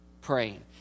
praying